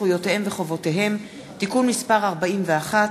זכויותיהם וחובותיהם (תיקון מס' 41),